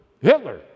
Hitler